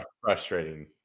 frustrating